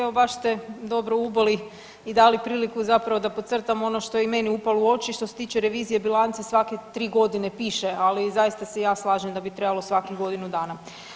Evo, baš ste dobro uboli i dali priliku zapravo da podcrtamo ono što je i meni upalo u oči, što se tiče revizije, bilance, svake 3 godine, piše, ali zaista se i ja slažem da bi trebalo svakih godinu dana.